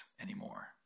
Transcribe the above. anymore